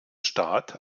staat